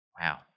Wow